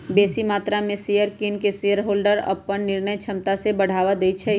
बेशी मत्रा में शेयर किन कऽ शेरहोल्डर अप्पन निर्णय क्षमता में बढ़ा देइ छै